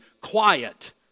Quiet